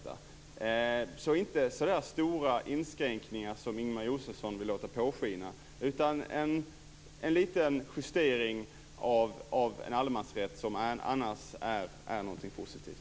Det är inte så stora inskränkningar som Ingemar Josefsson vill låta påskina utan en liten justering av en allemansrätt som annars är någonting positivt.